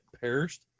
perished